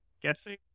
guessing